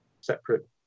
separate